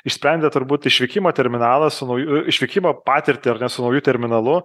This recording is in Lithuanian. išsprendė turbūt išvykimo terminalą su nauju išvykimą patirtį ar ne su nauju terminalu